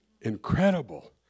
Incredible